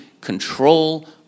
control